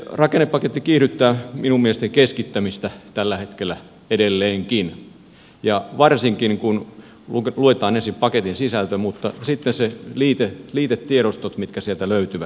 rakennepaketti kiihdyttää minun mielestäni keskittämistä tällä hetkellä edelleenkin varsinkin kun luetaan ensin paketin sisältö mutta sitten myös ne liitetiedostot mitkä sieltä löytyvät